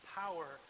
power